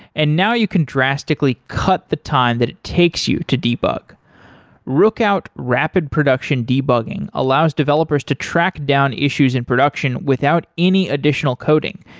and now you can drastically cut the time that it takes you to debug rookout rapid production debugging allows developers to track down issues in production without any additional coding.